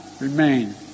remain